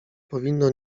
powinno